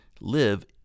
live